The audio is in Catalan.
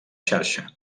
xarxa